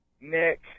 Nick